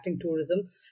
tourism